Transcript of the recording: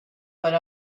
per